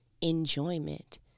enjoyment